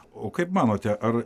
o kaip manote ar